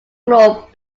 club